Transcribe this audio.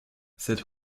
cette